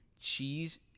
cheese